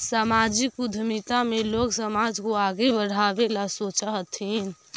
सामाजिक उद्यमिता में लोग समाज को आगे बढ़े ला सोचा हथीन